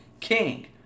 king